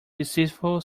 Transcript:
deceitful